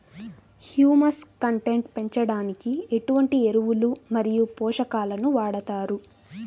Humus content పెంచడానికి ఎటువంటి ఎరువులు మరియు పోషకాలను వాడతారు?